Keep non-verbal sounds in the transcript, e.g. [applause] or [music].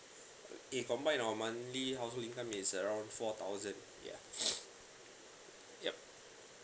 if combined our monthly household income is around four thousand ya [noise] yup